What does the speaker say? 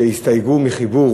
שהסתייגו מחיבור